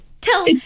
tell